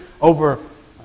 over